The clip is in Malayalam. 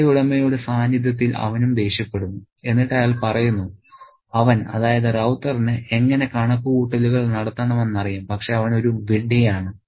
കടയുടമയുടെ സാന്നിധ്യത്തിൽ അവനും ദേഷ്യപ്പെടുന്നു എന്നിട്ട് അയാൾ പറയുന്നു അവൻ അതായത് റൌത്തറിന് എങ്ങനെ കണക്കുകൂട്ടലുകൾ നടത്തണമെന്ന് അറിയാം പക്ഷേ അവൻ ഒരു വിഡ്ഢിയാണ്